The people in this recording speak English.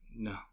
No